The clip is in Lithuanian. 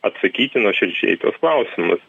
atsakyti nuoširdžiai į tuos klausimus